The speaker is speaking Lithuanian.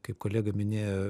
kaip kolega minėjo